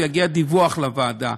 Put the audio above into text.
ויגיע דיווח לוועדה.